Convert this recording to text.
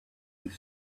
with